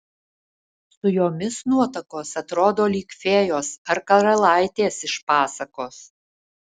su jomis nuotakos atrodo lyg fėjos ar karalaitės iš pasakos